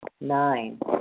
Nine